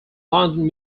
london